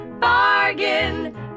Bargain